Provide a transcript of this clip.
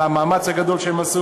על המאמץ הגדול שלהם.